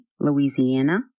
Louisiana